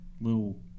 little